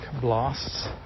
blasts